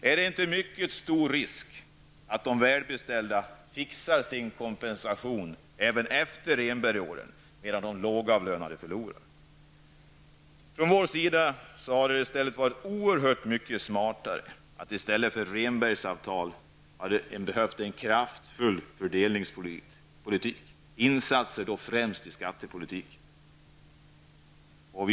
Är inte risken mycket stor för att de välbeställda ''fixar'' sin kompensation även efter Rehnbergsåren, samtidigt som de lågavlönade förlorar? Vi i vänsterpartiet tycker att det hade varit oerhört mycket smartare att i stället för Rehnbergsavtal föra en kraftfull fördelningspolitik med insatser i främst skattepolitiken.